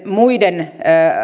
muiden